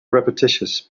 repetitious